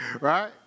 right